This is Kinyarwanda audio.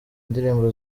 indirimbo